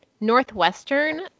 Northwestern